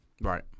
Right